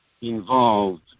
involved